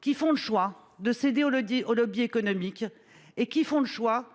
qui font le choix de céder le dis aux lobbies économiques et qui font le choix